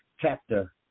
chapter